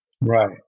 Right